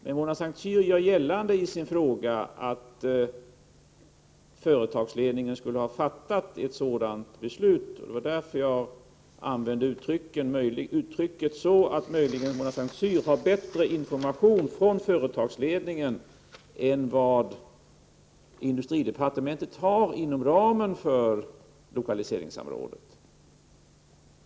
Mona Saint Cyr gör dock i sin fråga gällande att företagsledningen skulle ha fattat ett sådant beslut, och det var därför jag sade att Mona Saint Cyr möjligen har bättre information från företagsledningen än vad industridepartementet har fått inom ramen för lokaliseringsstödet.